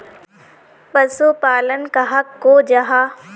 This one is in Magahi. पशुपालन कहाक को जाहा?